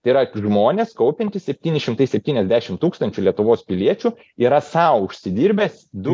tai yra žmonės kaupiantys septyni šimtai septyniasdešimt tūkstančių lietuvos piliečių yra sau užsidirbęs du